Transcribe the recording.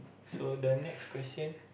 so the next question